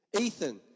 Ethan